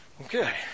okay